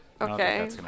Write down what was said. Okay